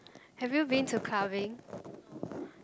having you been to clubbing